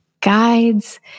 guides